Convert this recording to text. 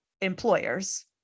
employers